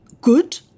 good